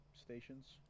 stations